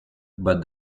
but